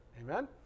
Amen